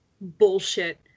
bullshit